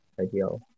ideal